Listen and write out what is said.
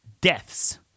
Deaths